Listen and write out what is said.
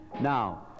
now